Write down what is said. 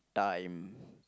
time